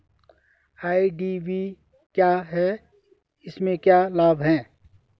IDV क्या है इसमें क्या लाभ है?